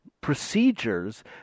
procedures